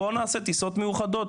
בואו נקיים טיסות מיוחדת,